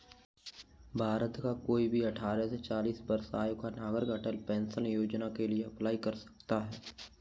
भारत का कोई भी अठारह से चालीस वर्ष आयु का नागरिक अटल पेंशन योजना के लिए अप्लाई कर सकता है